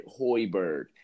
Hoiberg